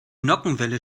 nockenwelle